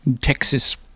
Texas